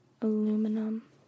aluminum